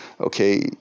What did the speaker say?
okay